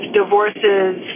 divorces